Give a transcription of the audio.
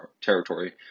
Territory